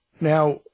now